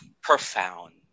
Profound